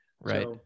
Right